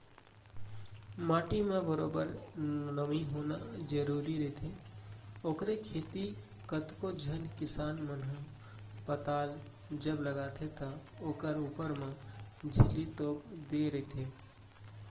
माटी म बरोबर नमी होना जरुरी रहिथे, ओखरे सेती कतको झन किसान मन ह पताल जब लगाथे त ओखर ऊपर म झिल्ली तोप देय रहिथे